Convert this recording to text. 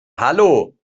hallo